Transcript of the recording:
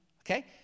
Okay